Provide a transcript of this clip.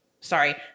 sorry